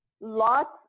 lots